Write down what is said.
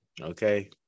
Okay